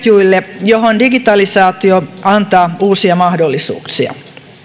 juille joihin digitalisaatio antaa uusia mahdollisuuksia